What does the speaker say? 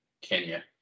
Kenya